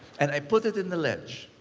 and i put it in the ledge.